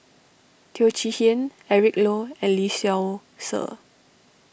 Teo Chee Hean Eric Low and Lee Seow Ser